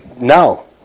no